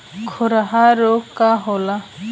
खुरहा रोग का होला?